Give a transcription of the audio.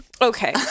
okay